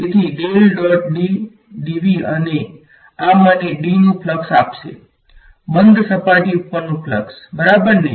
તેથી અને આ મને D નુ ફ્લ્ક્ષ આપસે બંધ સપાટી ઉપર નુ ફલ્ક્ષ બરાબરને